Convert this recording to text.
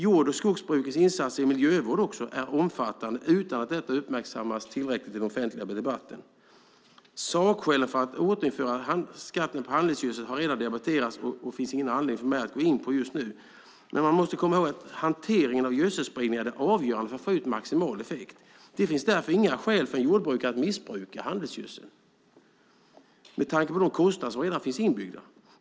Jord och skogbrukets insatser i miljövård är också omfattande, utan att detta uppmärksammas tillräckligt i den offentliga debatten. Sakskälen för att inte återinföra skatten på handelsgödsel har redan debatterats, och därför finns det ingen anledning för mig att gå in på detta just nu. Man måste komma ihåg att hanteringen av gödselspridningen är det avgörande för att få ut maximal effekt. Det finns därför inga skäl för en jordbrukare att missbruka handelsgödsel, med tanke på de kostnader som redan är inbyggda.